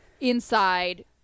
inside